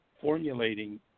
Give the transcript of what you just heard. formulating